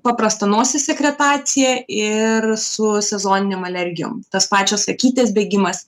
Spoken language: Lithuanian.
paprasta nosies sekretacija ir su sezoninėm alergijom tos pačios akytės bėgimas